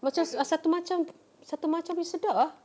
macam sa~ uh satu macam satu macam punya sedap ah